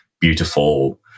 beautiful